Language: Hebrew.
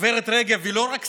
שגברת רגב היא לא רק שרה,